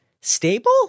stable